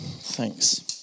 Thanks